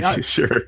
sure